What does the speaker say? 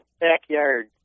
Backyard